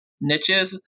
niches